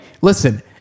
listen